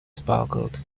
sparkled